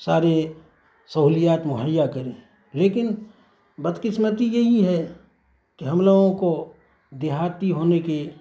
سارے سہولیات مہیا کرے لیکن بدقسمتی یہی ہے کہ ہم لوگوں کو دیہاتی ہونے کی